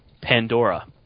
Pandora